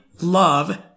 love